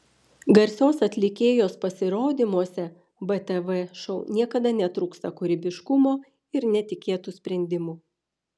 garsios atlikėjos pasirodymuose btv šou niekada netrūksta kūrybiškumo ir netikėtų sprendimų